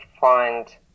find